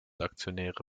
aktionäre